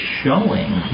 showing